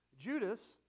Judas